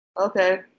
okay